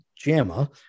JAMA